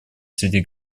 среди